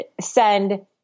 send